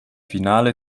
finale